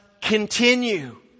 continue